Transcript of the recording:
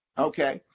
ok?